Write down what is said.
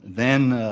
then